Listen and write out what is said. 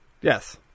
Yes